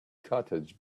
cottage